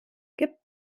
gibt